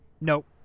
Nope